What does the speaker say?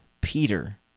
Peter